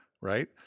right